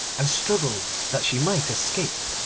and struggled that she might escape.